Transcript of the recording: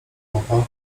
mopa